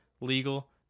legal